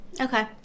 Okay